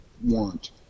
want